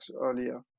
earlier